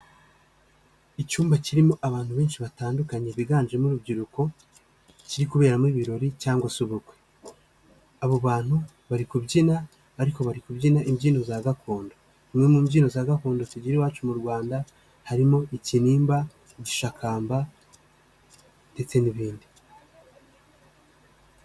Icyumba kirimo abantu benshi batandukanye biganjemo urubyiruko kiri kuberamo ibirori cyangwa se ubukwe, abo bantu bari kubyina ariko bari kubyina imbyino za gakondo, imwe mu mbyino za gakondo tugira iwacu mu Rwanda harimo: ikinimba, igishakamba ndetse n'ibindi.